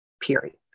period